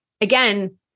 again